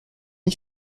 n’y